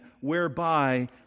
whereby